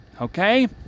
okay